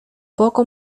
poco